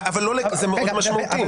זה משמעותי.